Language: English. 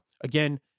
again